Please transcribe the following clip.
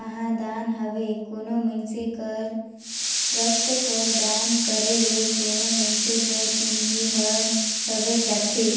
महादान हवे कोनो मइनसे कर रकत कर दान करे ले कोनो मइनसे कर जिनगी हर संवेर जाथे